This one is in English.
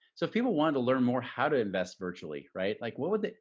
so if people wanted to learn more how to invest virtually, right? like what would they,